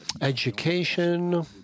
Education